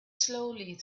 slowly